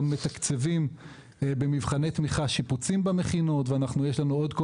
מתקצבים במבחני תמיכה שיפוצים למכינות ויש לנו עוד כל